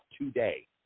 today